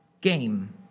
game